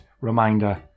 reminder